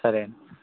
సరే అండి